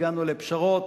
הגענו לפשרות,